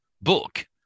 book